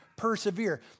Persevere